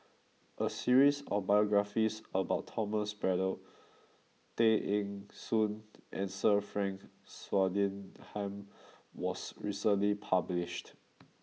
a series of biographies about Thomas Braddell Tay Eng Soon and Sir Frank Swettenham was recently published